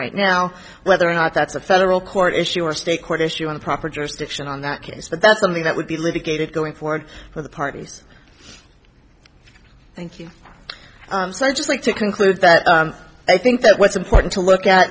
right now whether or not that's a federal court issue or a state court issue in the proper jurisdiction on that case but that's something that would be litigated going forward for the parties thank you sir just like to conclude that i think that what's important to look at